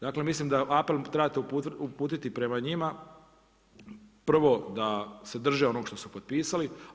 Dakle, mislim da apel trebate uputiti prema njima prvo da se drže onog što su potpisali.